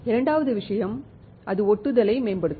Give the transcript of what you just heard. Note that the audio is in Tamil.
இரண்டாவது விஷயம் அது ஒட்டுதலை மேம்படுத்தும்